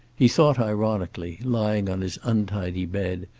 he thought ironically, lying on his untidy bed,